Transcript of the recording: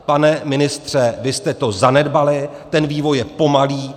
Pane ministře, vy jste to zanedbali, ten vývoj je pomalý.